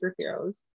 superheroes